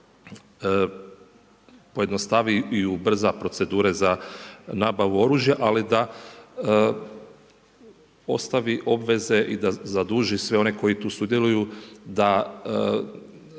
da pojednostavi i ubrza procedure za nabavu oružja, ali da ostavi obveze i da zaduži sve one koji tu sudjeluju da